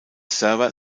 server